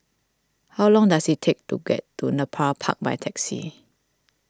how long does it take to get to Nepal Park by taxi